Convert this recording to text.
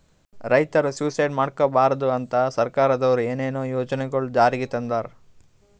ರೈತರ್ ಸುಯಿಸೈಡ್ ಮಾಡ್ಕೋಬಾರ್ದ್ ಅಂತಾ ಸರ್ಕಾರದವ್ರು ಏನೇನೋ ಯೋಜನೆಗೊಳ್ ಜಾರಿಗೆ ತಂದಾರ್